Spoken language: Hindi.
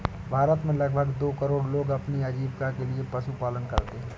भारत में लगभग दो करोड़ लोग अपनी आजीविका के लिए पशुपालन करते है